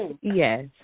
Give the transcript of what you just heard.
Yes